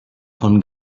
von